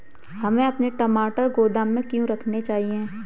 हमें अपने टमाटर गोदाम में क्यों रखने चाहिए?